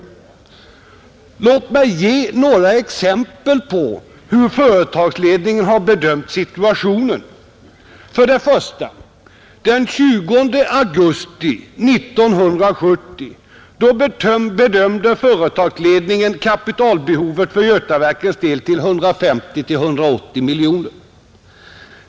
Låt mig ge några exempel på hur företagsledningen har bedömt situationen. Den 20 augusti 1970 bedömde företagsledningen kapitalbehovet för Götaverkens del till 150—180 miljoner.